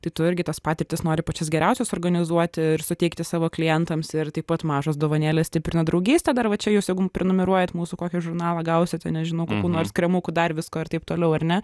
tai tu irgi tas patirtis nori pačias geriausias organizuoti ir suteikti savo klientams ir taip pat mažos dovanėlės stiprina draugystę dar va čia jūs jeigu prenumeruojat mūsų kokį žurnalą gausit ten nežinau kokiu nors kremukų dar visko ir taip toliau ar ne